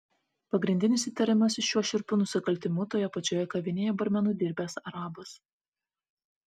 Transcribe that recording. pagrindinis įtariamasis šiuo šiurpiu nusikaltimu toje pačioje kavinėje barmenu dirbęs arabas